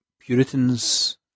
Puritans